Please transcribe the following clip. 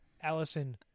Allison